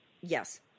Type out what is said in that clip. Yes